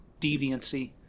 deviancy